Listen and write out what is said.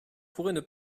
pourraient